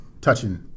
touching